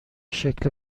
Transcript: شکل